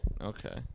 Okay